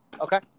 Okay